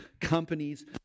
companies